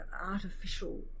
artificial